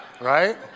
right